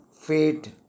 fate